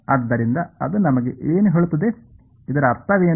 ಆದ್ದರಿಂದ ಅದು ನನಗೆ ಏನು ಹೇಳುತ್ತದೆ ಇದರ ಅರ್ಥವೇನು